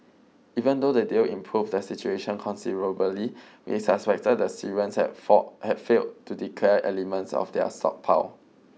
even though the deal improved the situation considerably we suspected the Syrians had fall had failed to declare elements of their stockpile